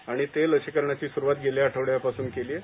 आणि त्या लसीकरणाची सुरूवात गेल्या आठवड्यापासून केलीय